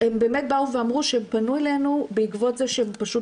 הם באמת אמרו שהם פנו אלינו בעקבות כך שהם פשוט